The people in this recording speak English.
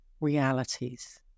realities